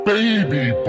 Baby